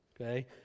okay